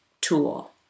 tool